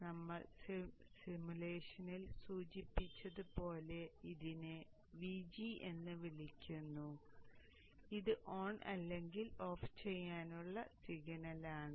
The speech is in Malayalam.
അതിനാൽ നമ്മൾ സിമുലേഷനിൽ സൂചിപ്പിച്ചതുപോലെ ഞാൻ ഇതിനെ Vg എന്ന് വിളിക്കുന്നു ഇത് ഓൺ അല്ലെങ്കിൽ ഓഫ് ചെയ്യാനുള്ള സിഗ്നലാണ്